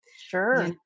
Sure